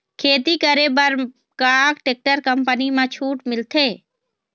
खेती करे बर का टेक्टर कंपनी म छूट मिलथे?